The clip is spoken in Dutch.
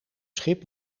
schip